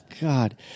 God